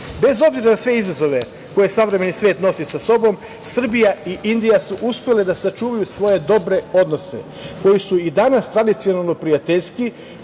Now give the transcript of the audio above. obzira na sve izazove koje savremeni svet nosi sa sobom, Srbija i Indija su uspele da sačuvaju svoje dobre odnose, koji su i danas tradicionalno prijateljski.